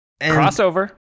crossover